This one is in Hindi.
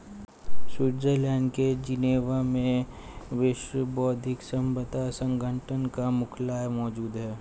स्विट्जरलैंड के जिनेवा में विश्व बौद्धिक संपदा संगठन का मुख्यालय मौजूद है